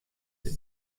der